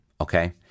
Okay